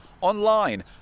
online